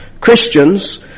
Christians